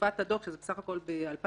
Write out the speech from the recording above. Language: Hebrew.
לתקופת הדוח, שזה בסך הכול ב-2016,